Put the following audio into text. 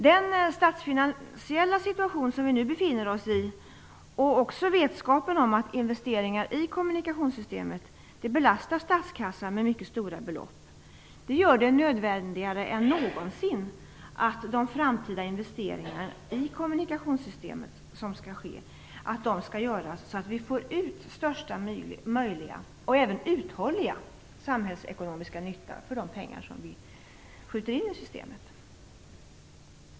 Den statsfinansiella situation som vi nu befinner oss i och även vetskapen om att investeringar i kommunikationssystemet belastar statskassan med mycket stora belopp gör det nödvändigare än någonsin att de framtida investeringarna i kommunikationssystem görs så att vi får ut största möjliga och även mest uthålliga samhällsekonomiska nytta för de pengar vi skjuter in i systemet.